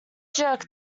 jerked